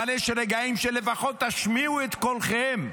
אבל יש רגעים שלפחות תשמיעו את קולכם,